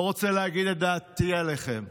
לא רוצה להגיד את דעתי עליכם.